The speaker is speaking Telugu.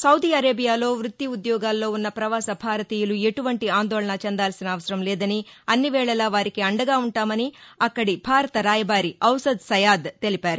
సౌదీ అరేబియాలో వృత్తి ఉద్యోగాల్లో ఉన్న ప్రవాస భారతీయులు ఎటువంటి ఆందోళన చెందాల్సిన అవసరం లేదని అన్నివేళలా వారికి అండగా ఉంటామని అక్కడి భారత రాయబారి ఔసద్ సయాద్ తెలిపారు